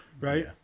right